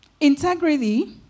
integrity